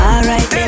Alright